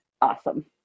Awesome